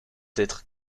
d’être